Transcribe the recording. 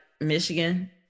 Michigan